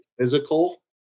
physical